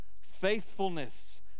faithfulness